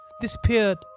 disappeared